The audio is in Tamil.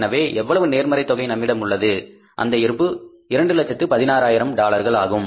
எனவே எவ்வளவு நேர்மறை தொகை நம்மிடம் உள்ளது அந்த இருப்பு 216000 ஆகும்